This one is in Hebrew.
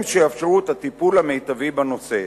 הם שיאפשרו את הטיפול המיטבי בנושא.